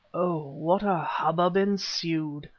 oh! what a hubbub ensued.